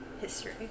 history